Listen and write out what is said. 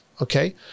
okay